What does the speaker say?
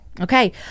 Okay